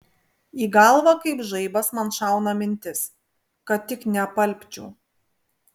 į galvą kaip žaibas man šauna mintis kad tik neapalpčiau